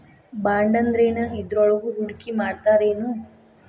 ಬಾಂಡಂದ್ರೇನ್? ಇದ್ರೊಳಗು ಹೂಡ್ಕಿಮಾಡ್ತಾರೇನು?